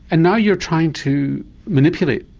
and now you're trying to manipulate,